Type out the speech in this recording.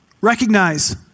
recognize